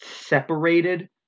separated